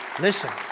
Listen